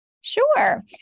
Sure